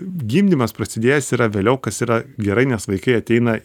gimdymas prasidėjęs yra vėliau kas yra gerai nes vaikai ateina